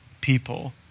people